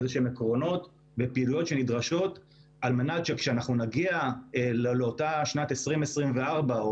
איזשהם עקרונות ופעילויות שנדרשות על מנת שכשנגיע לשנת 2024,